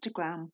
Instagram